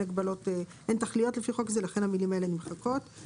לכן המילים האלו נמחקות.